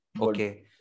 Okay